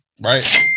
right